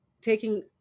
taking